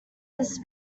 this